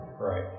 Right